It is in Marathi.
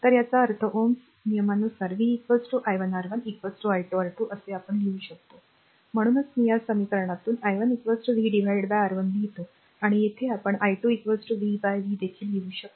तर याचा अर्थ ओम्सच्या नियमानुसार v i1 R1 i2 R2 असे आपण लिहू शकतो म्हणूनच मी या समीकरणातून i1 v R1 लिहितो आणि येथे आपण i2 v v देखील लिहू शकतो